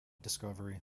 discovery